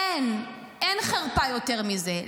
אין, אין חרפה יותר מזה.